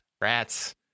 rats